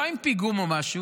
לא עם פיגום או משהו,